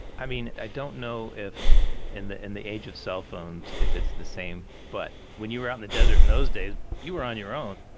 i mean, i don't know if in the in the age of cell phones, if it's the same, but when you were out in the desert in those days, you were on your own.